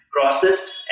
processed